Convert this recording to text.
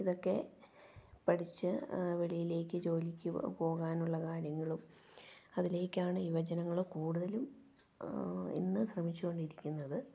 ഇതൊക്കെ പഠിച്ച് വെളിയിലേക്ക് ജോലിക്ക് പോകാനുള്ള കാര്യങ്ങളും അതിലേക്കാണ് യുവജനങ്ങള് കൂടുതലും ഇന്ന് ശ്രമിച്ചുകൊണ്ടിരിക്കുന്നത്